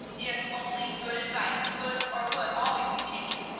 if only good advice could or would always be taken,